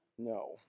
No